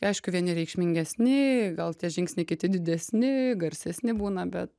aišku vieni reikšmingesni gal tie žingsniai kiti didesni garsesni būna bet